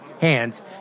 hands